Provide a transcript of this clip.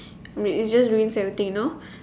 ruin it just ruins everything you know